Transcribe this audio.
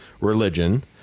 religion